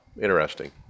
interesting